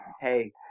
Hey